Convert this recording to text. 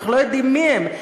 ואנחנו לא יודעים מי הם.